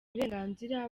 uburenganzira